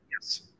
yes